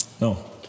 No